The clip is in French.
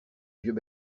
vieux